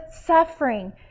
suffering